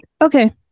Okay